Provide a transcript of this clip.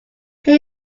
can